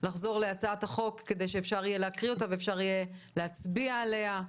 לחזור להצעת החוק כדי שאפשר יהיה לקרוא אותה ולהצביע עליה.